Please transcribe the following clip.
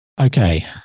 Okay